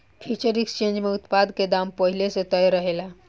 future exchange में उत्पाद के दाम पहिल से तय रहेला